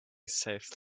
saves